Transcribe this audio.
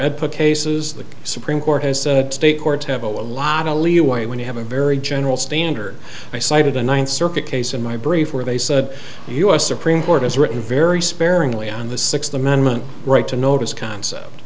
ed put cases the supreme court has said state courts have a lot of leeway when you have a very general standard i cited the ninth circuit case in my brief where they said the u s supreme court has written very sparingly on the sixth amendment right to notice concept